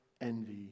envy